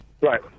right